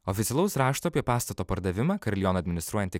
oficialaus rašto apie pastato pardavimą karilioną administruojanti